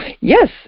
Yes